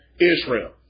Israel